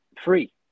free